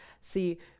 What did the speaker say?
See